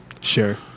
Sure